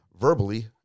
verbally